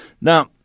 Now